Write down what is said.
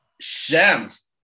Shams